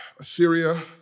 Assyria